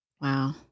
Wow